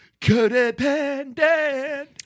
codependent